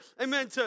amen